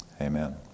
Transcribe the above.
Amen